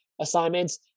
assignments